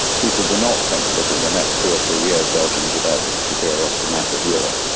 people do not think that in the next two or three years belgium is about to disappear off the map of europe.